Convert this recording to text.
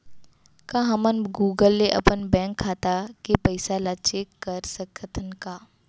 का हमन गूगल ले अपन बैंक खाता के पइसा ला चेक कर सकथन का?